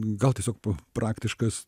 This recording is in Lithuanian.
gal tiesiog praktiškas